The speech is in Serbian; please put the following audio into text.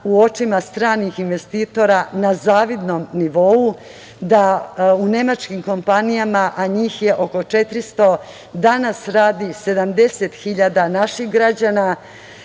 u očima stranih investitora na zavidnom nivou, da u nemačkim kompanijama, a njih je oko 400, danas radi 70.000 naših građana.